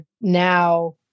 now